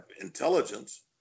intelligence